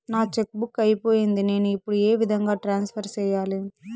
నా cheque book అయిపోయింది నేను ఇప్పుడు ఏ విధంగా ట్రాన్స్ఫర్ సేయాలి?